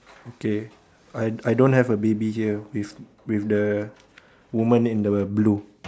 okay I I don't have a baby here with with the woman in the blue